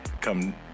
come